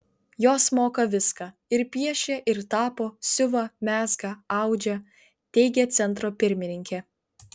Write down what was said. jos moka viską ir piešia ir tapo siuva mezga audžia teigė centro pirmininkė